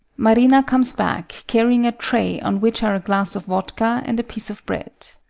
marina comes back carrying a tray on which are a glass of vodka and a piece of bread.